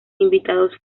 invitados